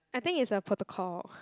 I think it's a protocol